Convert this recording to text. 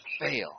fail